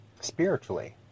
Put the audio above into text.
spiritually